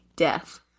death